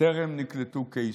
טרם נקלטו קייסים,